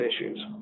issues